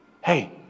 Hey